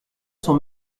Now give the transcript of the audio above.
son